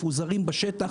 מפוזרים בשטח.